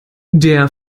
der